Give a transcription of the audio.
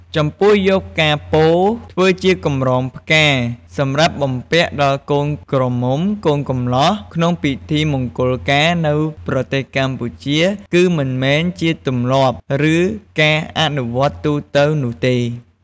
ចំពោះការយកផ្កាពោធិ៍ ធ្វើជាកម្រងផ្កាសម្រាប់បំពាក់ដល់កូនក្រមុំកូនកម្លោះក្នុងពិធីមង្គលការនៅប្រទេសកម្ពុជា គឺមិនមែនជាទម្លាប់ ឬការអនុវត្តទូទៅនោះទេ។